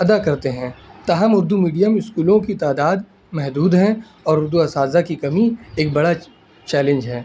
ادا کرتے ہیں تاہم اردو میڈیم اسکولوں کی تعداد محدود ہیں اور اردو اساتذہ کی کمی ایک بڑا چیلنج ہے